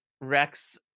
Rex